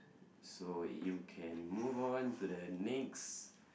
so you can move on to the next